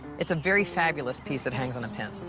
it's a very fabulous piece that hangs on a pin.